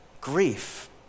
grief